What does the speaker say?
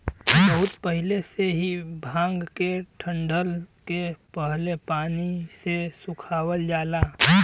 बहुत पहिले से ही भांग के डंठल के पहले पानी से सुखवावल जाला